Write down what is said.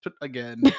again